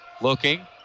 looking